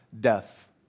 death